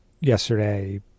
yesterday